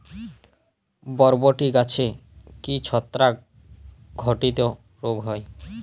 বরবটি গাছে কি ছত্রাক ঘটিত রোগ হয়?